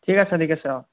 ঠিক আছে ঠিক আছে অঁ